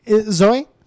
Zoe